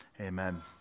Amen